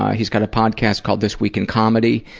he's got a podcast called this week in comedy.